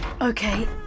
Okay